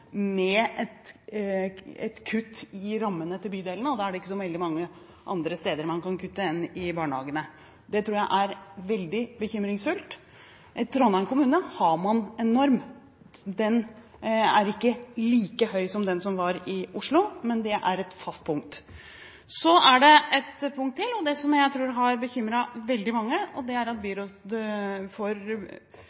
med et kutt i rammene til bydelene, og da er det ikke så veldig mange andre steder man kan kutte enn i barnehagene. Det er veldig bekymringsfullt. I Trondheim kommune har man en norm. Den er ikke like høy som den som var i Oslo, men det er et fast punkt. Så er det et punkt til, som jeg tror har bekymret veldig mange, og det er at